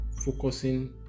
focusing